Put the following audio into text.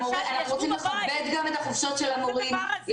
אנחנו רוצים לכבד גם את החופשות של המורים.